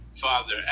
father